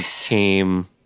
came